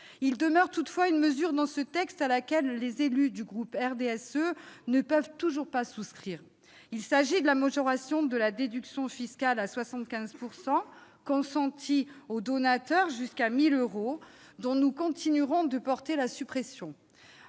demeure toutefois dans ce texte à laquelle les élus du groupe du RDSE ne peuvent toujours pas souscrire : la majoration de la déduction fiscale à 75 % consentie aux donateurs jusqu'à 1 000 euros, dont nous continuerons à demander la suppression.